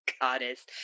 goddess